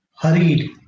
hurried